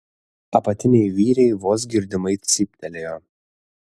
apatiniai vyriai vos girdimai cyptelėjo